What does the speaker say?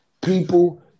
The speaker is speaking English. People